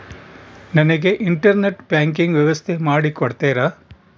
ನನಗೆ internet banking ವ್ಯವಸ್ಥೆ ಮಾಡಿ ಕೊಡ್ತೇರಾ?